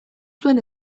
zuen